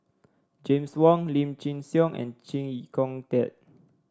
James Wong Lim Chin Siong and Chee Kong Tet